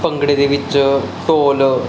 ਭੰਗੜੇ ਦੇ ਵਿੱਚ ਢੋਲ